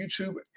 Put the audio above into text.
YouTube